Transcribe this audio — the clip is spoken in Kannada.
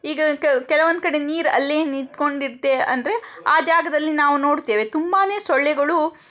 ಈಗ ಕ ಕೆಲವೊಂದು ಕಡೆ ನೀರು ಅಲ್ಲೇ ನಿಂತ್ಕೊಂಡಿರುತ್ತೆ ಅಂದರೆ ಆ ಜಾಗದಲ್ಲಿ ನಾವು ನೋಡ್ತೇವೆ ತುಂಬಾ ಸೊಳ್ಳೆಗಳು